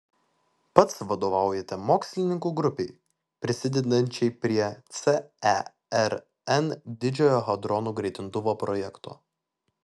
pats vadovaujate mokslininkų grupei prisidedančiai prie cern didžiojo hadronų greitintuvo projekto